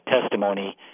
testimony